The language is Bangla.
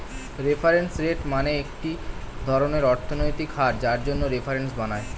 রেফারেন্স রেট মানে একটি ধরনের অর্থনৈতিক হার যার জন্য রেফারেন্স বানায়